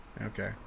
Okay